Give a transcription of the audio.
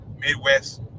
midwest